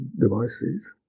devices